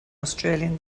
australian